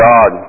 God